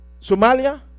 Somalia